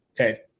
Okay